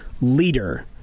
leader